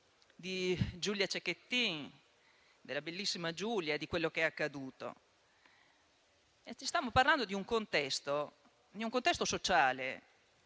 di Giulia Cecchettin, della bellissima Giulia, con quello che le è accaduto. Stiamo parlando di un contesto sociale,